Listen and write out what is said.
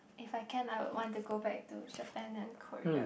if I can I would want to go back to Japan and Korea